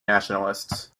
nationalists